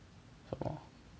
什么